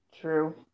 True